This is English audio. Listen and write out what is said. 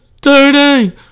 Dirty